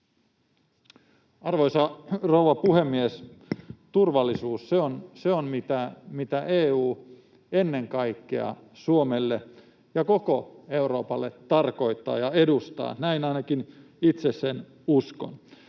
Arvoisa rouva puhemies! Turvallisuus on se, mitä EU ennen kaikkea Suomelle ja koko Euroopalle tarkoittaa ja edustaa. Näin ainakin itse sen uskon.